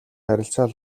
харилцаа